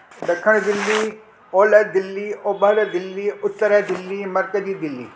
ॾखिण दिल्ली ओलह दिल्ली ओभर दिल्ली उत्तर दिल्ली मर्कजी दिल्ली